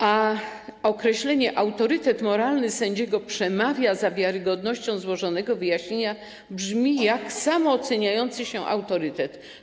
A stwierdzenie: autorytet moralny sędziego przemawia za wiarygodnością złożonego wyjaśnienia, brzmi jak: samooceniający się autorytet.